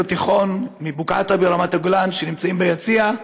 תיכון מבוקעאתא ברמת הגולן שנמצאים ביציע.